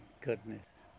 goodness